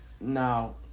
Now